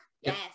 Yes